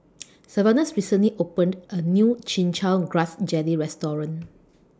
Sylvanus recently opened A New Chin Chow Grass Jelly Restaurant